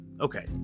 Okay